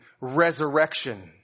resurrection